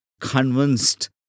convinced